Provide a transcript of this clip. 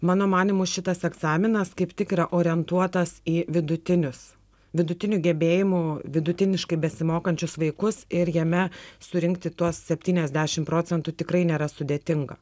mano manymu šitas egzaminas kaip tik yra orientuotas į vidutinius vidutinių gebėjimų vidutiniškai besimokančius vaikus ir jame surinkti tuos septyniasdešimt procentų tikrai nėra sudėtinga